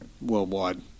worldwide